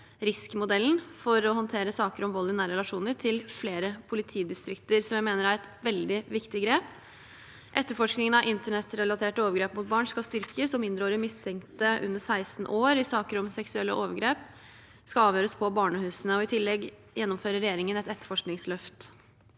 for å håndtere saker om vold i nære relasjoner, til flere politidistrikter. Det mener jeg er et veldig viktig grep. Etterforskningen av internettrelaterte overgrep mot barn skal styrkes, og mindreårige mistenkte under 16 år i saker om seksuelle overgrep skal avhøres på barnehusene. I tillegg gjennomfører regjeringen et etterforskningsløft.